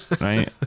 right